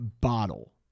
bottle